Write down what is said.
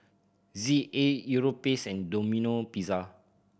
Z A Europace and Domino Pizza